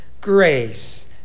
grace